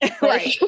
Right